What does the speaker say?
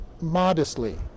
modestly